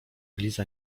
liza